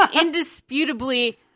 indisputably